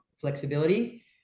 flexibility